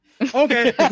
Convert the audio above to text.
Okay